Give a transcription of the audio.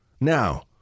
Now